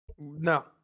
No